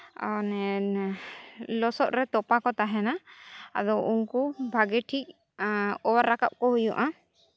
ᱞᱚᱥᱚᱫ ᱨᱮ ᱛᱚᱯᱟ ᱠᱚ ᱛᱟᱦᱮᱱᱟ ᱟᱫᱚ ᱩᱱᱠᱩ ᱵᱷᱟᱜᱮ ᱴᱷᱤᱠ ᱚᱣᱟᱨ ᱨᱟᱠᱟᱵ ᱠᱚ ᱦᱩᱭᱩᱜᱼᱟ